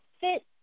fit